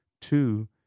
two